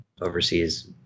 overseas